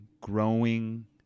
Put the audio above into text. growing